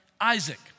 Isaac